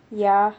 ya